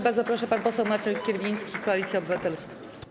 Bardzo proszę, pan poseł Marcin Kierwiński, Koalicja Obywatelska.